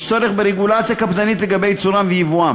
יש צורך ברגולציה קפדנית לגבי ייצורם וייבואם.